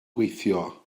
gweithio